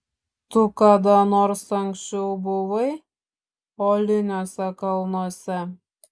tu kada nors anksčiau buvai uoliniuose kalnuose